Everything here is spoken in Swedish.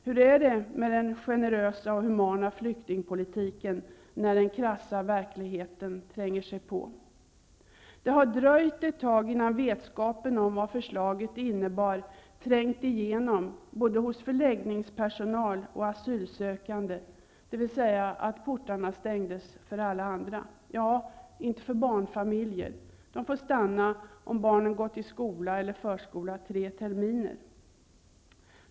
Hur är det med den generösa och humana flyktingpolitiken, när den krassa verkligheten tränger sig på? Det har dröjt ett tag innan vetskapen om vad förslaget innebar trängt igenom både hos förläggningspersonal och hos asylsökande. Portarna stängdes för alla andra -- ja, inte för barnfamiljer, dessa får stanna om barnen gått i skola eller förskola tre terminer.